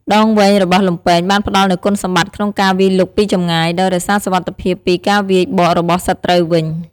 ដងវែងរបស់លំពែងបានផ្ដល់នូវគុណសម្បត្តិក្នុងការវាយលុកពីចម្ងាយ ដោយរក្សាសុវត្ថិភាពពីការវាយបករបស់សត្រូវវិញ។